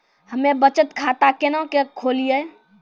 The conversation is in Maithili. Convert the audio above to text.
हम्मे बचत खाता केना के खोलियै?